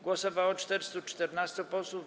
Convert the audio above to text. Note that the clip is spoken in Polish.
Głosowało 414 posłów.